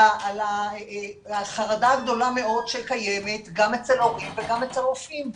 על החרדה הגדולה מאוד שקיימת גם אצל הורים וגם אצל רופאים.